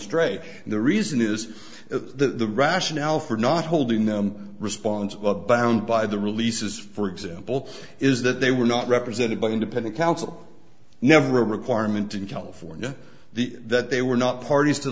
and the reason is the rationale for not holding them responsible a bound by the releases for example is that they were not represented by independent counsel never a requirement in california the that they were not parties to